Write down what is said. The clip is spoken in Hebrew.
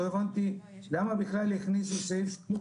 לא הבנתי למה בכלל הכניסו סעיף שינוע.